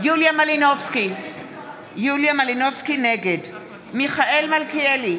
יוליה מלינובסקי קונין, נגד מיכאל מלכיאלי,